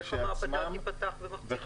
אז איך המעבדה תיפתח למחרת היום?